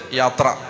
yatra